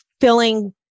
filling